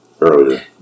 earlier